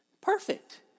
Perfect